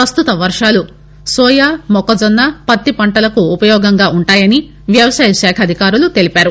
పస్తుత వర్వాలు సోయా మొక్కజొన్న పత్తి పంటలకు ఉపయోగంగా ఉంటాయని వ్యవసాయ శాఖ అధికారులు తెలిపారు